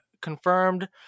confirmed